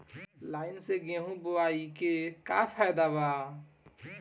Line से गेहूं बोआई के का फायदा बा?